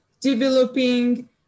developing